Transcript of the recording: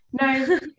no